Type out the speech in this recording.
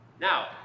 Now